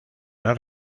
las